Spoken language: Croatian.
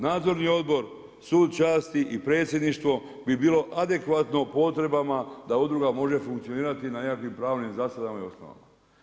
Nadzorni odbor, sud časti i predsjedništvo bi bilo adekvatno potrebama da udruga može funkcionirati na nekakvim pravnim … osnovama.